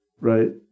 right